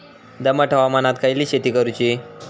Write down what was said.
दमट हवामानात खयली शेती करूची?